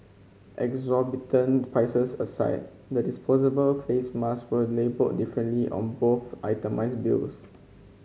exorbitant prices aside the disposable face mask were labelled differently on both itemised bills